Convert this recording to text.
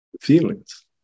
Feelings